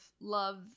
love